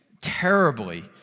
terribly